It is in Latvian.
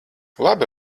labi